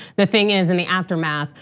the thing is in the aftermath,